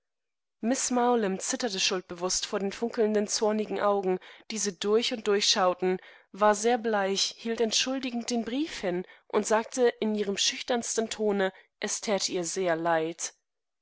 zitterte schuldbewußt vor den funkelnden zornigen augen die sie durch und durch schaueten ward sehr bleich hielt entschuldigend den brief hin und sagteinihremschüchternstentone estäteihrsehrleid leid